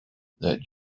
that